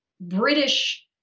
British